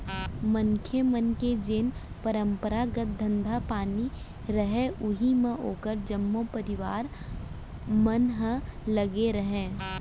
मनसे मन के जेन परपंरागत धंधा पानी रहय उही म ओखर जम्मो परवार मन ह लगे रहय